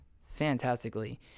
fantastically